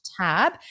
tab